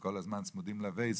שכל הזמן צמודים ל"ווייז",